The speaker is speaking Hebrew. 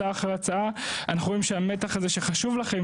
הצעה אחר הצעה אנחנו רואים שהמתח הזה שחשוב לכם,